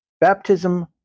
Baptism